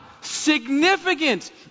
significant